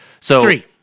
three